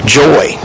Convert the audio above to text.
joy